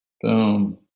Boom